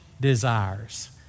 desires